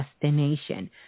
destination